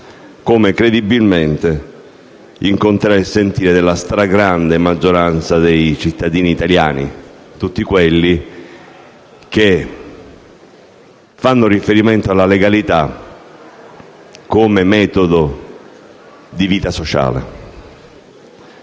come credibilmente incontra il sentire della stragrande maggioranza dei cittadini italiani, ovvero di tutti quelli che fanno riferimento alla legalità come metodo di vita sociale.